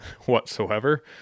whatsoever